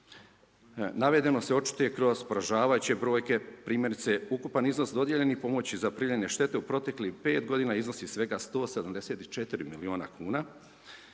Navedeno se očituje kroz poražavajuće brojke, primjerice, ukupni iznos dodijeljenih pomoći za prijavljene štete u proteklih 5 g. iznosi svega 174 milijuna kn,